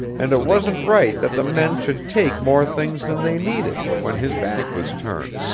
and it wasn't right that the men should take more things than they needed when his back was turned,